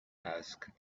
asked